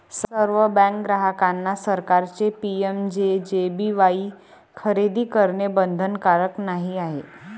सर्व बँक ग्राहकांना सरकारचे पी.एम.जे.जे.बी.वाई खरेदी करणे बंधनकारक नाही आहे